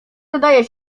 wydaje